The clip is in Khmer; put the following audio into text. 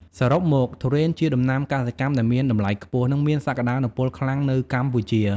សរុបមក ទុរេនជាដំណាំកសិកម្មដែលមានតម្លៃខ្ពស់ និងមានសក្តានុពលខ្លាំងនៅកម្ពុជា។